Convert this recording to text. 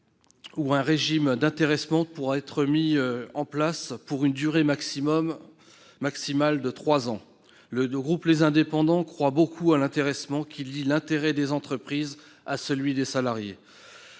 un régime d'intéressement pourra être mis en place pour une durée maximale de trois ans. Le groupe Les Indépendants croit beaucoup à l'intéressement, qui lie l'intérêt des entreprises à celui des salariés.